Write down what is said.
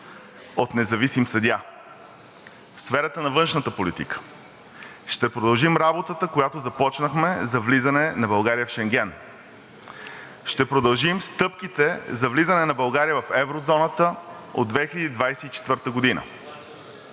от независим съдия. В сферата на външната политика. Ще продължим работата, която започнахме, за влизане на България в Шенген. Ще продължим стъпките за влизане на България в еврозоната от 2024 г.